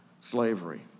slavery